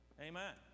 Amen